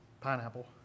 pineapple